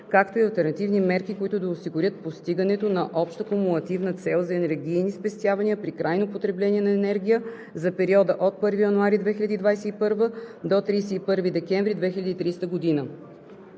както и алтернативни мерки, които да осигурят постигането на обща кумулативна цел за енергийни спестявания при крайното потребление на енергия за периода от 1 януари 2021 г. до 31 декември 2030 г.